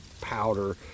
powder